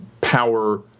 power –